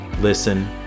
listen